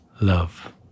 love